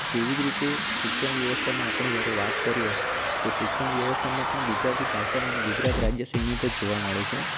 તેવી જ રીતે શિક્ષણ વ્યવસ્થામાં આપણે જયારે વાત કરીએ તો શિક્ષણ વ્યવસ્થામાં પણ ગુજરાતી ભાષા ગુજરાત રાજ્ય સીમિત જ જોવા મળે છે